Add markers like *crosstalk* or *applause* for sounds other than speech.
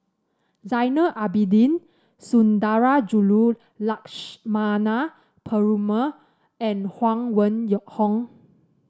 Zainal Abidin Sundarajulu Lakshmana Perumal and Huang Wen *unintelligible* Hong